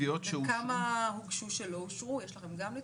וכמה הוגשו שלא אושרו, יש לכם גם נתונים?